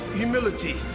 humility